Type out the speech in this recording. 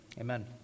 Amen